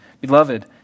Beloved